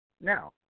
now